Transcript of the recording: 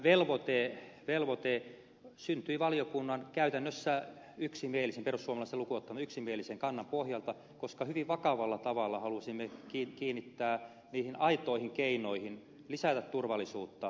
tämä velvoite syntyi valiokunnan käytännössä yksimielisen perussuomalaisia lukuun ottamatta yksimielisen kannan pohjalta koska hyvin vakavalla tavalla halusimme kiinnittää huomiota niihin aitoihin keinoihin lisätä turvallisuutta